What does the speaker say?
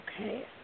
Okay